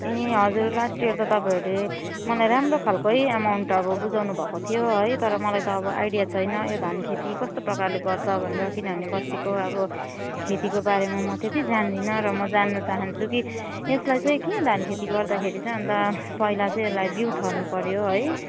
ए हजुर last year त तपाईँहरूले मलाई राम्रो खाल्कै अमाउन्ट अब बुझाउन भएको थियो है तर मलाई त अब आइडिया छैन यो धान खेती कस्तो प्रकारले गर्छ भनेर किनभने बस्तीको अब खेतीको बारेमा म त्यति जान्दिनँ र म जान्न चाहन्छु कि यसलाई चाहिँ के धान खेती गर्दाखेरि चाहिँ अन्त पहिला चाहिँ यसलाई बिउ छर्नु पऱ्यो है